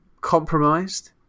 compromised